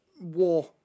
War